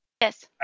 Yes